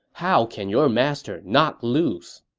how can your master not lose?